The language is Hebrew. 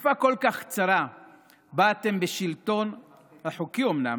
בתקופה כל כך קצרה שבה אתם בשלטון, אומנם